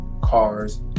cars